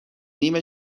نیم